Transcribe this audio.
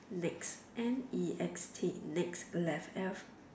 next N E X T next left F